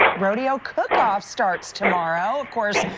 rodeo cookoff starts tomorrow. of course,